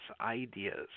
ideas